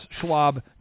Schwab